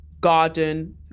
garden